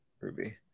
Ruby